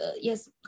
yes